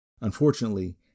Unfortunately